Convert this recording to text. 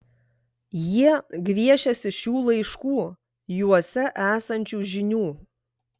jie gviešiasi šių laiškų juose esančių žinių